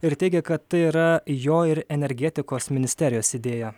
ir teigia kad yra jo ir energetikos ministerijos idėja